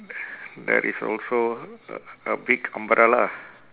there is also a a big umbrella